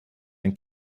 ein